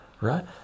right